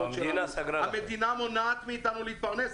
המדינה מונעת מאיתנו להתפרנס.